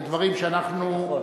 זה דברים שאנחנו, נכון.